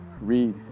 read